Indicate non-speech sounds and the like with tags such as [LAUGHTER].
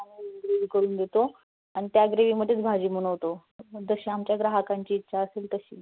[UNINTELLIGIBLE] gravy करून देतो आणि त्या ग्रेवीमध्येच भाजी बनवतो जशी आमच्या ग्राहकांची इच्छा असेल तशी